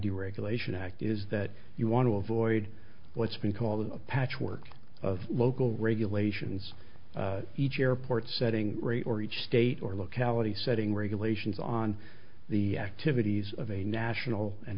deregulation act is that you want to avoid what's been called a patchwork of local regulations each airport setting rate or each state or locality setting regulations on the activities of a national and